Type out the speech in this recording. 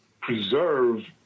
preserve